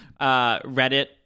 Reddit